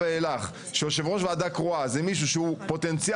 ואילך שיושב ראש ועדה קרואה זה מישהו שהוא פוטנציאל